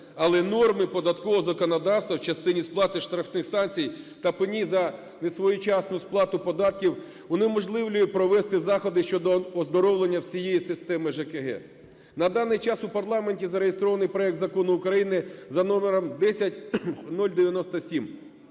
Але норми податкового законодавства в частині сплати штрафних санкцій та пені за несвоєчасну сплату податків унеможливлюють провести заходи щодо оздоровлення всієї системи ЖКГ. На даний час у парламенті зареєстрований проект Закону України за номером 10097